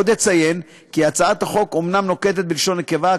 אציין כי הצעת החוק אומנם נוקטת לשון נקבה,